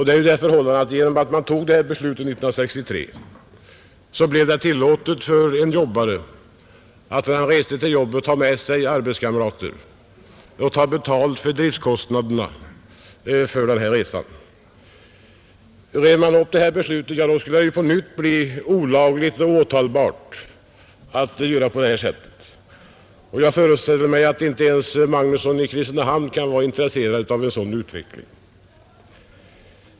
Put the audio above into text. Det är det förhållandet att genom att man tog beslutet 1963 blev det tillåtet för en jobbare att när han reser till jobbet ta med sig arbetskamrater som får betala en del av kostnaderna för resan. River man upp 1963 års beslut, skulle det på nytt bli olagligt och åtalbart att göra på detta sätt. Jag föreställer mig att inte ens herr Magnusson i Kristinehamn kan vara intresserad av en sådan utveckling.